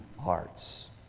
hearts